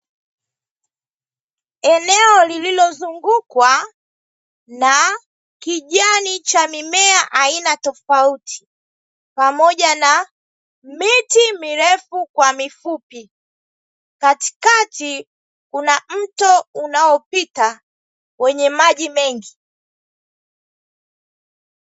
Eneo lililozungukwa na kijani cha mimea aina tofauti pamoja na miti mirefu kwa mifupi, katikati kuna mto unaopita wenye maji mengi.